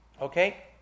okay